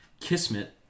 kismet